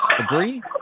Agree